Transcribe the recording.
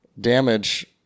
damage